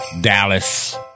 Dallas